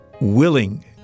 willing